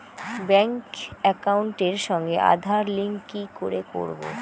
Bank একাউন্টের সঙ্গে Aadhaar link কি করে করবো?